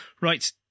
Right